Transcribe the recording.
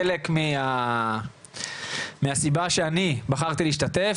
חלק מהסיבה שאני בחרתי להשתתף,